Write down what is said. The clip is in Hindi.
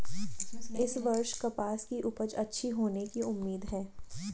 इस वर्ष कपास की उपज अच्छी होने की उम्मीद है